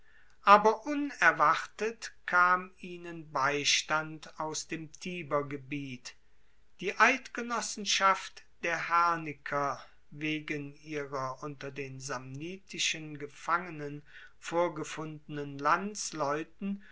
aber unerwartet kam ihnen beistand aus dem tibergebiet die eidgenossenschaft der herniker wegen ihrer unter den samnitischen gefangenen vorgefundenen landsleute